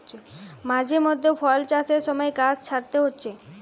মাঝে মধ্যে ফল চাষের সময় গাছ ছাঁটতে হচ্ছে